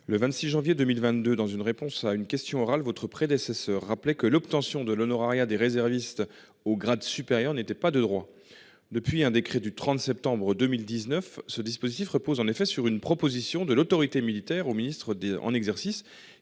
le 26 janvier 2022 dans une réponse à une question orale votre prédécesseur rappeler que l'obtention de l'honorariat des réservistes au grade supérieur n'étaient pas de droit depuis un décret du 30 septembre 2019. Ce dispositif repose en effet sur une proposition de l'autorité militaire au ministre en exercice